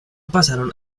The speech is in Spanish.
pasaron